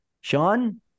Sean